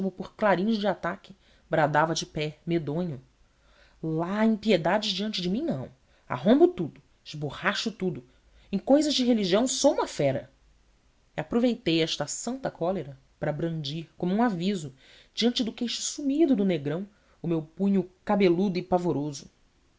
por clarins de ataque bradava de pé medonho lá impiedades diante de mim não arrombo tudo esborracho tudo em cousas de religião sou uma fera e aproveitei esta santa cólera para brandir como um aviso diante do queixo sumido do negrão o meu punho cabeludo e pavoroso